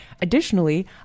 Additionally